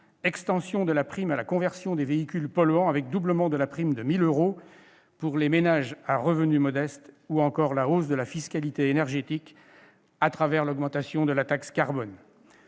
extension de la prime à la conversion des véhicules polluants avec doublement de la prime de 1 000 euros pour les ménages à revenus modestes, ou encore hausse de la fiscalité énergétique, au travers de la taxe carbone.